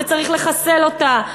וצריך לחסל אותה,